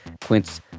Quince